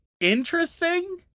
interesting